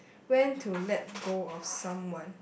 when to let go of someone